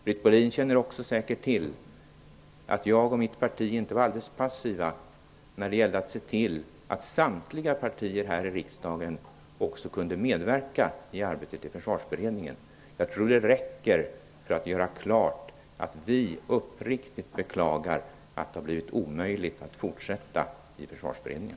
Britt Bohlin känner också säkert till att jag och mitt parti inte var alldeles passiva när det gällde att se till att samtliga partier här i riksdagen kunde medverka i arbetet i Försvarsberedningen. Jag tror det räcker för att göra klart att vi uppriktigt beklagar att det har blivit omöjligt att fortsätta i Försvarsberedningen.